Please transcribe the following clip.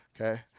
Okay